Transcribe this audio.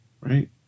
Right